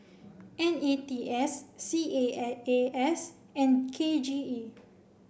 N E T S C A A A S and K G E